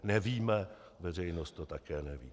Nevíme, veřejnost to také neví.